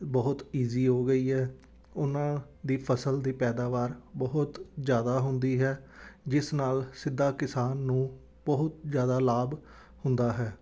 ਬਹੁਤ ਈਜ਼ੀ ਹੋ ਗਈ ਹੈ ਉਹਨਾਂ ਦੀ ਫਸਲ ਦੀ ਪੈਦਾਵਾਰ ਬਹੁਤ ਜ਼ਿਆਦਾ ਹੁੰਦੀ ਹੈ ਜਿਸ ਨਾਲ ਸਿੱਧਾ ਕਿਸਾਨ ਨੂੰ ਬਹੁਤ ਜ਼ਿਆਦਾ ਲਾਭ ਹੁੰਦਾ ਹੈ